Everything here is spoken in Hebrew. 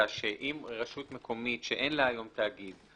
שאם רשות מקומית שאין לה היום תאגיד,